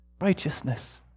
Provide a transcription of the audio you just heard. righteousness